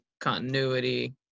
continuity